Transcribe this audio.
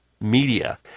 media